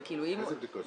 אבל -- איזה בדיקות,